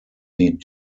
die